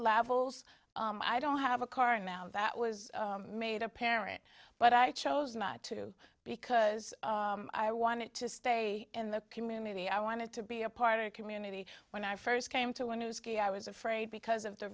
levels i don't have a car and now that was made apparent but i chose not to because i wanted to stay in the community i wanted to be a part of the community when i first came to want to ski i was afraid because of the